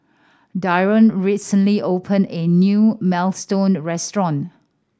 Darion recently opened a new Minestrone Restaurant